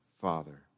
Father